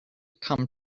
come